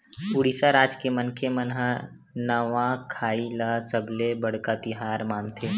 उड़ीसा राज के मनखे मन ह नवाखाई ल सबले बड़का तिहार मानथे